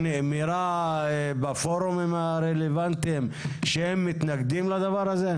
נאמר בפורומים הרלוונטיים שהם מתנגדים לדבר הזה?